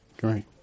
Great